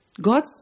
God